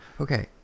Okay